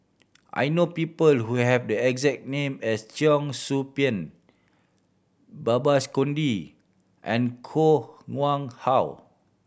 I know people who have the exact name as Cheong Soo Pieng Babes Conde and Koh Nguang How